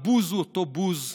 הבוז הוא אותו בוז.